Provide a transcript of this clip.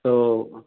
तो